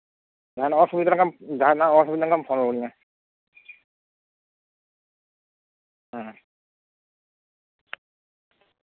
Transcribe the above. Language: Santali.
ᱡᱟᱦᱟᱸᱱᱟᱜ ᱮᱢ ᱚᱥᱩᱵᱤᱫᱟ ᱞᱮᱱ ᱠᱷᱟᱱᱮᱢ ᱯᱷᱳᱱ ᱨᱩᱣᱟᱹᱲᱟᱹᱧᱟᱹ ᱦᱮᱸ